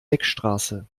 beckstraße